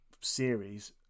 series